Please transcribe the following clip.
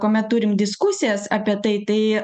kuomet turim diskusijas apie tai tai